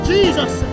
Jesus